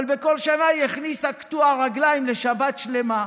אבל בכל שנה היא הכניסה קטוע רגליים לשבת שלמה,